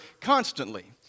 constantly